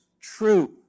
true